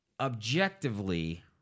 objectively